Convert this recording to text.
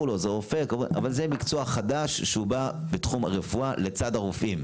זה מקצוע חדש שבא בתחום הרפואה לצד הרופאים.